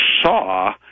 saw